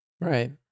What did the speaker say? right